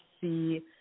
see